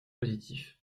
positif